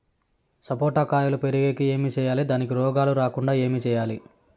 సపోట కాయలు పెరిగేకి ఏమి సేయాలి దానికి రోగాలు రాకుండా ఏమి సేయాలి?